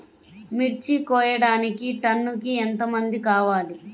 మిర్చి కోయడానికి టన్నుకి ఎంత మంది కావాలి?